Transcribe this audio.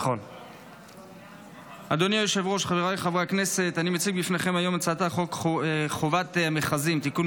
והוא הצעת חוק חובת המכרזים (תיקון,